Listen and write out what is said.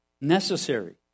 necessary